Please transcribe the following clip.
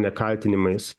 ne kaltinimais